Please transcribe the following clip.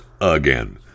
again